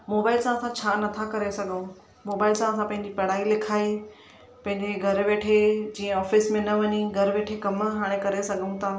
mobile सां असां छा नथा करे सघूं मोबाइल सां असां पंहिंजी पढ़ाई लिखाई पंहिंजे घरु वेठे जीअं ऑफिस में न वञी घरु वेठे कमु हाणे करे सघूं था